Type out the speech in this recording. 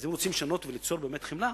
אז אם רוצים לשנות וליצור באמת חמלה,